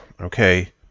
okay